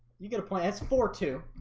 you get a place for to